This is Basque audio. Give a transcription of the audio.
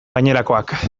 gainerakoak